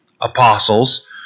apostles